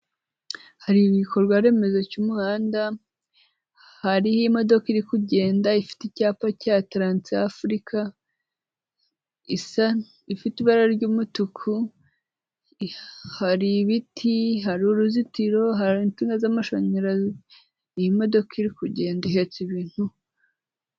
Hari ibikorwaremezo cy'umuhanda, hariho imodoka iri kugenda ifite icyapa cya taranzafurika, ifite ibara ry'umutuku, hari ibiti, hari uruzitiro, hari insinga z'amashanyarazi, iyi modoka iri kugenda ihetse ibintu.